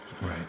Right